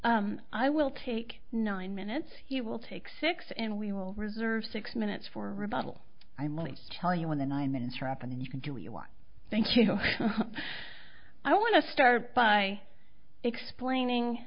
time i will take nine minutes he will take six and we will reserve six minutes for rebuttal i'm willing to tell you when the nine minutes are up and you can do you want thank you i want to start by explaining